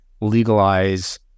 legalize